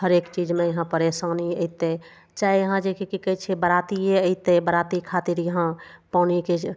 हरेक चीजमे यहाँ परेशानी अयतय चाहे यहाँ जे कि की कहय छै बरातिये अयतय बराती खातिर यहाँ पानिके